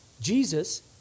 Jesus